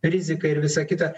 rizika ir visa kita